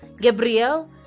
Gabriel